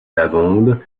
lavande